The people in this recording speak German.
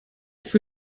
für